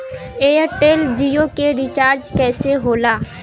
Airtel Jio के recharge कैसे होला?